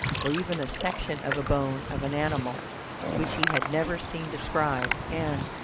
or even a section of a bone of an animal which he had never seen described, and,